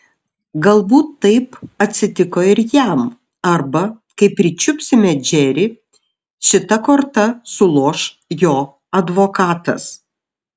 galbūt taip atsitiko ir jam arba kai pričiupsime džerį šita korta suloš jo advokatas